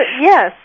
yes